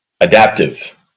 adaptive